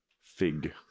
Fig